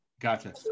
Gotcha